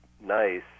nice